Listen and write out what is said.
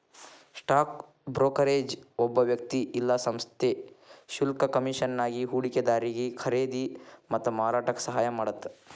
stock brokerage ಒಬ್ಬ ವ್ಯಕ್ತಿ ಇಲ್ಲಾ ಸಂಸ್ಥೆ ಶುಲ್ಕ ಕಮಿಷನ್ಗಾಗಿ ಹೂಡಿಕೆದಾರಿಗಿ ಖರೇದಿ ಮತ್ತ ಮಾರಾಟಕ್ಕ ಸಹಾಯ ಮಾಡತ್ತ